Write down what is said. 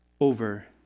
over